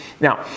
Now